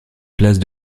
place